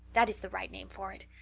that is the right name for it.